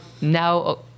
now